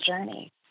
journey